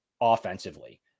offensively